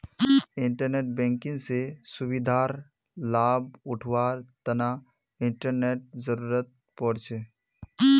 internet banking स सुविधार लाभ उठावार तना इंटरनेटेर जरुरत पोर छे